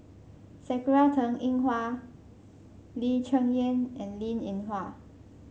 Sakura Teng Ying Hua Lee Cheng Yan and Linn In Hua